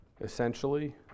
essentially